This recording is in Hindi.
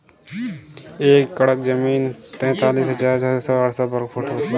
एक एकड़ जमीन तैंतालीस हजार पांच सौ साठ वर्ग फुट होती है